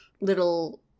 little